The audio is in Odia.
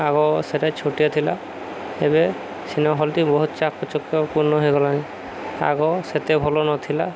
ଆଗ ସେଇଟା ଛୋଟିଆ ଥିଲା ଏବେ ସିନେମା ହଲ୍ଟି ବହୁତ ଚାକଚକ୍ୟ ପୂର୍ଣ୍ଣ ହେଇଗଲାଣି ଆଗ ସେତେ ଭଲ ନଥିଲା